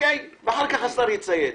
ואחר כך השר יצייץ.